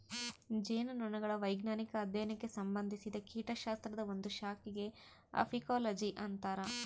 ಜೇನುನೊಣಗಳ ವೈಜ್ಞಾನಿಕ ಅಧ್ಯಯನಕ್ಕೆ ಸಂಭಂದಿಸಿದ ಕೀಟಶಾಸ್ತ್ರದ ಒಂದು ಶಾಖೆಗೆ ಅಫೀಕೋಲಜಿ ಅಂತರ